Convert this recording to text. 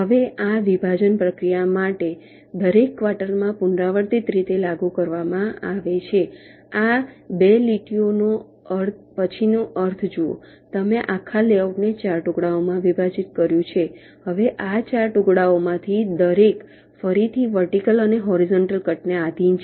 હવે આ વિભાજન પ્રક્રિયા દરેક ક્વાર્ટરમાં પુનરાવર્તિત રીતે લાગુ કરવામાં આવે છે આ 2 લીટીઓ પછીનો અર્થ જુઓ તમે આખા લેઆઉટને 4 ટુકડાઓમાં વિભાજિત કર્યું છે હવે આ 4 ટુકડાઓમાંથી દરેક ફરીથી વર્ટિકલ અને હોરીઝોન્ટલ કટને આધીન છે